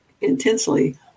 intensely